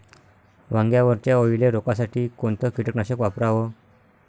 वांग्यावरच्या अळीले रोकासाठी कोनतं कीटकनाशक वापराव?